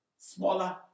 smaller